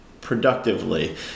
productively